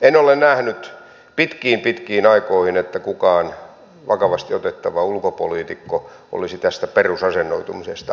en ole nähnyt pitkiin pitkiin aikoihin että kukaan vakavasti otettava ulkopoliitikko olisi tästä perusasennoitumisesta eri mieltä